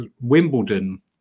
wimbledon